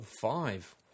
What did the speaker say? five